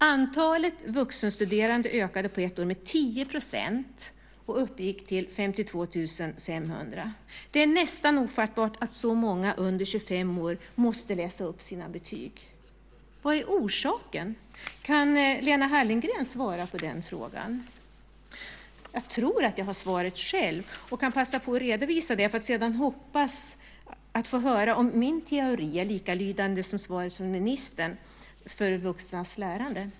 Antalet vuxenstuderande hade på ett år ökat med 10 % och uppgick till 52 500. Det är nästan ofattbart att så många under 25 år måste läsa upp sina betyg. Vad är orsaken? Kan Lena Hallengren svara på den frågan? Jag tror att jag har svaret själv och kan passa på att redovisa det för att sedan hoppas få höra om min teori är likalydande med svaret från ministern för vuxnas lärande.